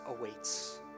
awaits